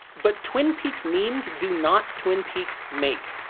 but twin peaks memes do not twin peaks make.